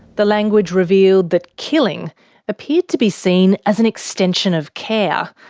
the language revealed that killing appeared to be seen as an extension of care.